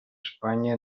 espanya